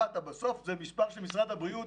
בסוף זה מספרים של משרד הבריאות.